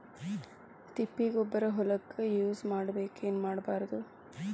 ತಿಪ್ಪಿಗೊಬ್ಬರ ಹೊಲಕ ಯೂಸ್ ಮಾಡಬೇಕೆನ್ ಮಾಡಬಾರದು?